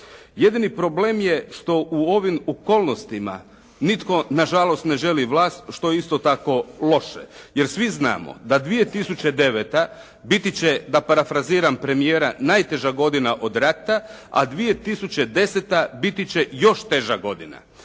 Jedini problem je što u ovim okolnostima nitko nažalost ne želi vlast što je isto tako loše jer svi znamo da 2009. biti će da parafraziram premijera najteža godina od rata a 2010. biti će još teža godina.